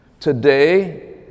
Today